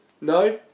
No